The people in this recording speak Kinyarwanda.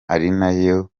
nayo